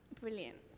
Brilliant